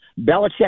Belichick